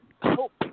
hope